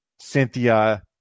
cynthia